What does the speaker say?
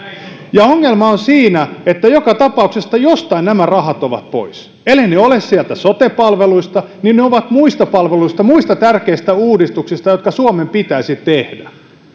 ja ongelma on siinä että joka tapauksessa jostain nämä rahat ovat pois elleivät ne ole pois sieltä sote palveluista niin ne ovat pois muista palveluista muista tärkeistä uudistuksista jotka suomen pitäisi tehdä